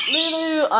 Lulu